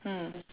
mm